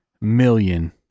million